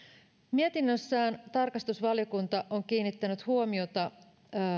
mietinnössään tarkastusvaliokunta on kiinnittänyt huomiota